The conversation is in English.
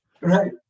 Right